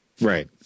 Right